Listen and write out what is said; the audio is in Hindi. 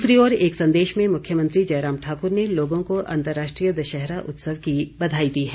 दूसरी ओर एक संदेश में मुख्यमंत्री जयराम ठाकुर ने लोगों को अंतर्राष्ट्रीय दशहरा उत्सव की बधाई दी है